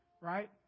right